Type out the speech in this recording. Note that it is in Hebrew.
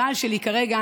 הבעל שלי כרגע